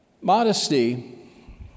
modesty